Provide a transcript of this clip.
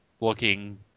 looking